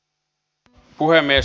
arvoisa puhemies